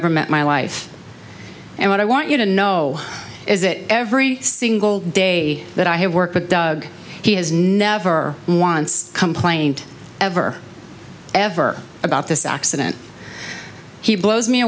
ever met my life and what i want you to know is that every single day that i have worked with doug he has never once complained ever ever about this accident he blows me